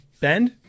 bend